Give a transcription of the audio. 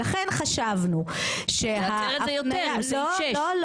לכן חשבנו ש --- להצר את זה יותר בסעיף 6. לא,